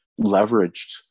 leveraged